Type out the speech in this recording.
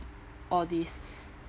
all these